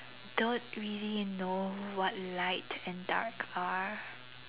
don't really know what light and dark are